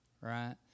right